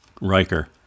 Riker